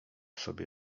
sobie